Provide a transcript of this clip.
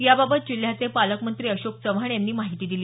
याबाबत जिल्ह्याचे पालकमंत्री अशोक चव्हाण यांनी माहिती दिली